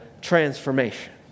transformation